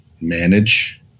manage